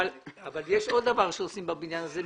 אבל יש עוד דבר שעושים בבניין הזה,